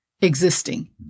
existing